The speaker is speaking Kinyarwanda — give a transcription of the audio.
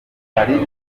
hari